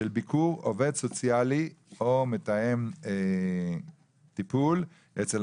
של ביקור עובד סוציאלי או מתאם טיפול אצל